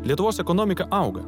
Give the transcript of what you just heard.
lietuvos ekonomika auga